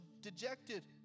dejected